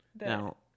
Now